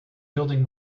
building